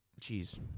Jeez